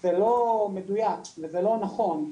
זה לא מדוייק, וזה לא נכון.